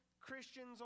Christians